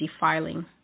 defiling